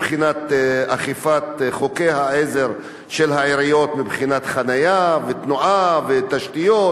באכיפת חוקי העזר של העיריות מבחינת חנייה ותנועה ותשתיות,